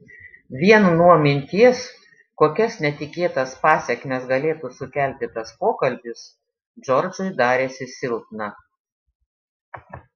vien nuo minties kokias netikėtas pasekmes galėtų sukelti tas pokalbis džordžui darėsi silpna